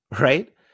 right